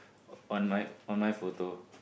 on my on my photo